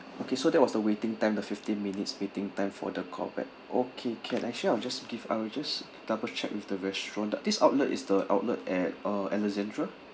okay so that was the waiting time the fifteen minutes waiting time for the call back okay can actually I'll just give I will just double check with the restaurant the this outlet is the outlet at uh alexandra